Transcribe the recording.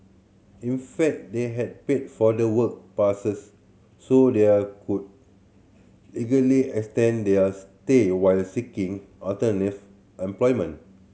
in fact they had paid for the work passes so they are could legally extend their stay while seeking employment